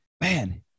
man